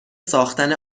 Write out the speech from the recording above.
ساختن